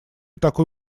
такой